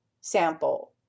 sample